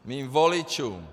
Mým voličům!